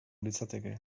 litzateke